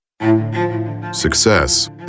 Success